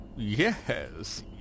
Yes